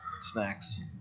snacks